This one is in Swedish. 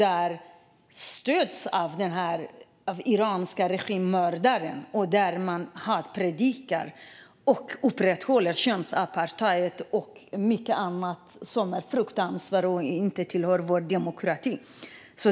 De stöds av den iranska regimens mördare; där sker hatpredikningar, och könsapartheid upprätthålls och annat som är fruktansvärt och inte hör till vår demokrati.